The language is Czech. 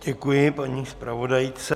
Děkuji paní zpravodajce.